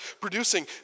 producing